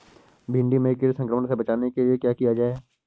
भिंडी में कीट संक्रमण से बचाने के लिए क्या किया जाए?